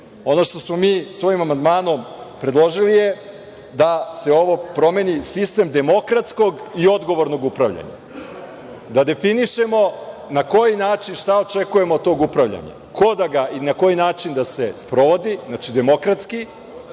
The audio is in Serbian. što smo mi svojim amandmanom predložili je da se ovo promeni – sistem demokratskog i odgovornog upravljanja. Da definišemo na koji način, šta očekujemo od tog upravljanja. Ko i na koji način da se sprovodi, znači, demokratski